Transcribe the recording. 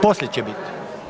poslije će biti.